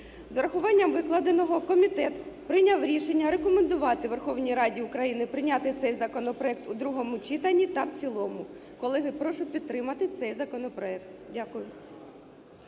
З врахуванням викладеного комітет прийняв рішення рекомендувати Верховній Раді України прийняти цей законопроект в другому читанні та в цілому. Колеги прошу підтримати цей законопроект. Дякую.